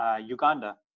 Uganda